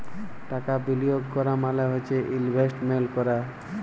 টাকা বিলিয়গ ক্যরা মালে হ্যয় ইলভেস্টমেল্ট ক্যরা